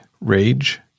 rage